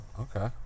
Okay